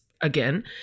again